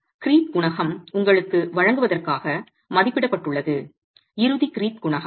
creep குணகம் உங்களுக்கு வழங்குவதற்காக மதிப்பிடப்பட்டுள்ளது இறுதி க்ரீப் குணகம்